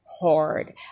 hard